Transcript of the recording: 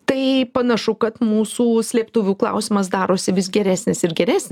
tai panašu kad mūsų slėptuvių klausimas darosi vis geresnis ir geresnis